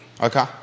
Okay